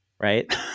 right